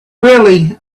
really